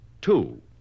Two